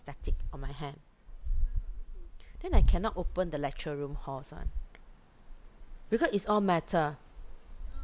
static on my hand then I cannot open the lecture room halls [one] because it's all metal